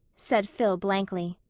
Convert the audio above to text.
said phil blankly.